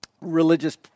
religious